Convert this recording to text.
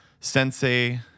sensei